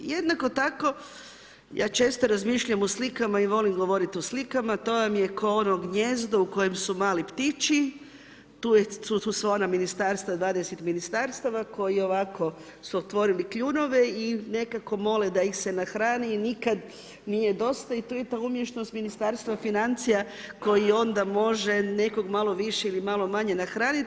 Jednako tako ja često razmišljam u slikama i volim govoriti u slikama, to vam je kao ono gnijezdo u kojem su mali ptići, tu su ona ministarstva 22 ministarstava koji ovako su otvorili kljunove i nekako mole da ih se nahrani i nikada nije dosta i to je ta umješnost Ministarstva financija koji onda može nekog malo više ili malo manje nahraniti.